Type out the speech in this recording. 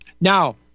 Now